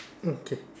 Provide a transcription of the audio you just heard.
okay